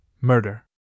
murder